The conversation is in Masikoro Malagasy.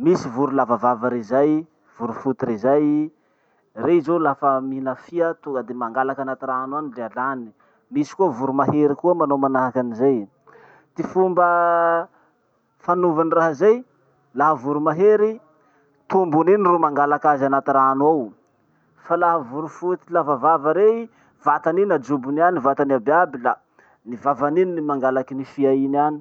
Misy voro lava vava rey zay, vorofoty rey zay. Rey zao lafa mihina fia tonga de mangalaky anaty rano any de alany. Misy koa voro mahery koa manao manahaky anizay. Ty fomba fanovany raha zay laha voro mahery i, tombony iny ro mangalaky azy anaty rano ao, fa laha voro foty lava vava rey i, vatany iny ajobony any, vatany iaby iaby la ny vavany iny ny mangalaky any fia iny any.